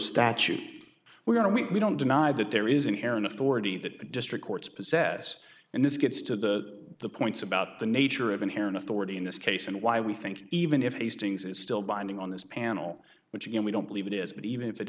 statute we're going to meet we don't deny that there is inherent authority that district courts possess and this gets to the points about the nature of inherent authority in this case and why we think even if these things is still binding on this panel which again we don't believe it is but even if it